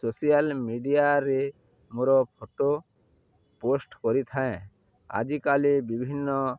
social ମିଡ଼ିଆରେ ମୋର photo post କରିଥାଏଁ ଆଜିକାଲି ବିଭିନ୍ନ